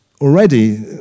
already